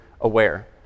aware